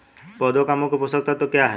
पौधे का मुख्य पोषक तत्व क्या हैं?